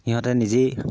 সিহঁতে নিজেই